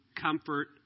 comfort